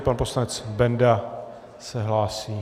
Pan poslanec Benda se hlásí.